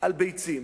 על ביצים.